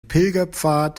pilgerpfad